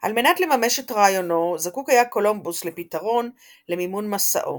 על מנת לממש את רעיונו זקוק היה קולומבוס לפתרון למימון מסעו,